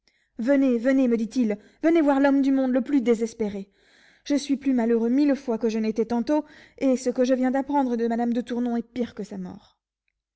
venez venez me dit-il venez voir l'homme du monde le plus désespéré je suis plus malheureux mille fois que je n'étais tantôt et ce que je viens d'apprendre de madame de tournon est pire que sa mort